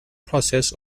process